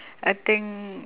I think